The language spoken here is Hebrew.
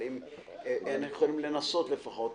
אבל אוכל לנסות לפחות.